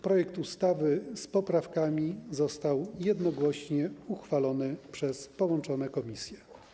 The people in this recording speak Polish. Projekt ustawy z poprawkami został jednogłośnie uchwalony przez połączone komisje.